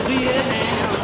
Vietnam